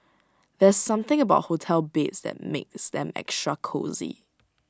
there's something about hotel beds that makes them extra cosy